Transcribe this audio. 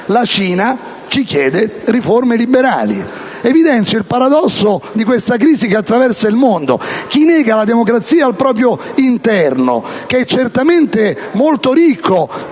La Cina ci chiede riforme liberali! Evidenzio il paradosso di questa crisi che attraversa il mondo; chi nega la democrazia al proprio interno - che è certamente molto ricco